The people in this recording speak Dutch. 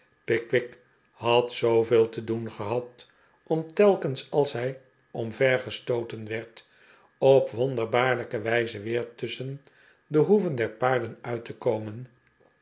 pickwick had zooveel te doen gehad om telkens als hij omvergestooten werd op wonderbaarlijke wijze weer tusschen de hoeven der paarden uit te komen